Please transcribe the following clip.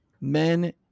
Men